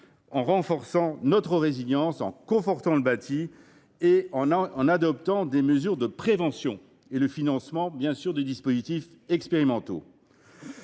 en renforçant notre résilience, en confortant le bâti, en adoptant des mesures de prévention et en finançant des dispositifs expérimentaux.